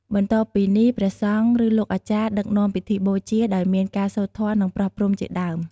បន្ទាប់ពីនេះព្រះសង្ឃ ឬលោកអាចារ្យដឹកនាំពិធីបូជា ដោយមានការសូត្រធម៌ និងប្រោះព្រំជាដើម។